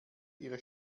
ihre